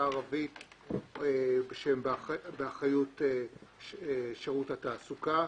הערבית שהן באחריות שירות התעסוקה,